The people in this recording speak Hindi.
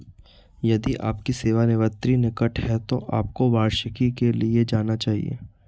यदि आपकी सेवानिवृत्ति निकट है तो आपको वार्षिकी के लिए जाना चाहिए